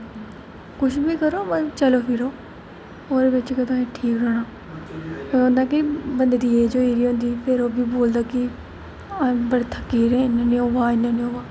कुछ बी करो बस चलो फिरो ओह्दे बिच गै तुसें ठीक होना एह् होंदा कि बंदे दी एज़ होई दी होंदी फिर ओह् बी बोलदा कि अस बड़े थ'क्की गेदे होने आं